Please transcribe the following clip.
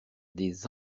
des